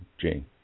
Gene